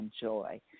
joy